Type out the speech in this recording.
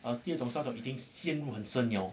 第二种是那种已经陷入很深了